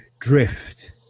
drift